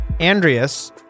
Andreas